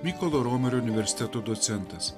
mykolo romerio universiteto docentas